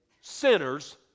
sinners